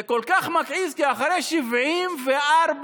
זה כל כך מכעיס כי אחרי 74 שנים